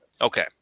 Okay